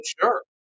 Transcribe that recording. sure